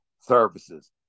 services